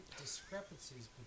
discrepancies